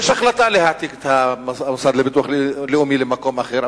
יש החלטה להעתיק את המוסד לביטוח לאומי למקום אחר,